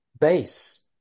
base